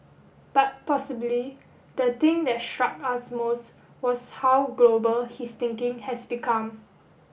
but possibly the thing that struck us most was how global his thinking has become